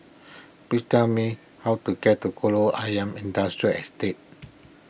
please tell me how to get to Kolam Ayer Industrial Estate